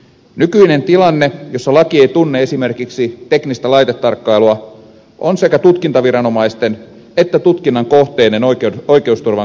nykyinen tilanne jossa laki ei tunne esimerkiksi teknistä laitetarkkailua on sekä tutkintaviranomaisten että tutkinnan kohteiden oikeusturvan kannalta kestämätön